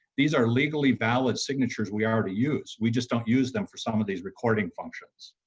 these are legally valid signatures we are to use we just don't use them for some of these recording function.